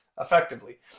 effectively